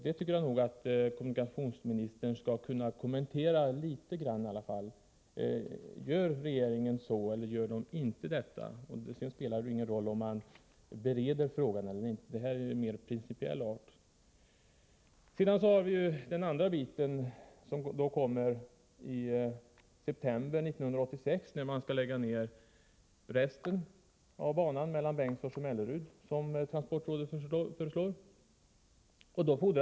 Det tycker jag att kommunikationsministern skulle kunna kommentera, i alla fall litet grand. Anser regeringen att man skall göra så? Det är en fråga av principiell art, varför det inte spelar någon roll om regeringen bereder det här aktuella ärendet. Sedan har vi den sträcka som blir aktuell i september 1986, då man enligt transportrådets förslag skall lägga ner resten av banan, dvs. mellan Bengtsfors och Mellerud.